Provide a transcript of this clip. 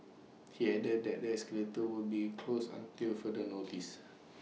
he added that the escalator would be closed until further notice